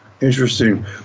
Interesting